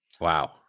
Wow